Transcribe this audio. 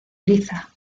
eliza